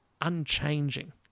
unchanging